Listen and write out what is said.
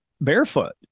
barefoot